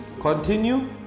continue